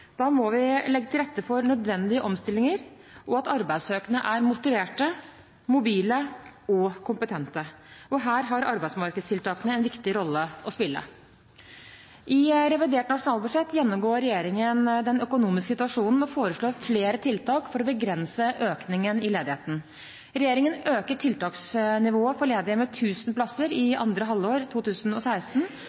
Da må vi legge til rette for nødvendige omstillinger og at arbeidssøkere er motiverte, mobile og kompetente. Her har arbeidsmarkedstiltakene en viktig rolle å spille. I revidert nasjonalbudsjett gjennomgår regjeringen den økonomiske situasjonen og foreslår flere tiltak for å begrense økningen i ledigheten. Regjeringen øker tiltaksnivået for ledige med tusen plasser i andre halvår av 2016.